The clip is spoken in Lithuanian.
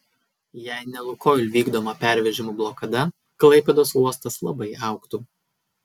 jei ne lukoil vykdoma pervežimų blokada klaipėdos uostas labai augtų